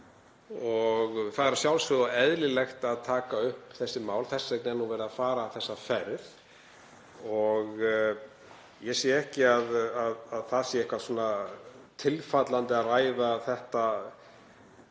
er að sjálfsögðu eðlilegt að taka upp þessi mál. Þess vegna er verið að fara þessa ferð. Ég sé ekki að það sé eitthvað tilfallandi að ræða þetta,